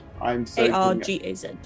A-R-G-A-Z